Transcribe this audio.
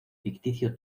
ficticio